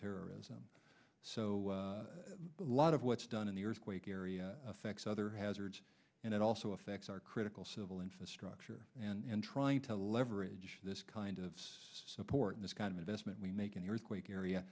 terrorism so a lot of what's done in the earthquake area affects other hazards and it also affects our critical civil infrastructure and trying to leverage this kind of support in this kind of investment we make in the earthquake area